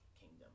kingdom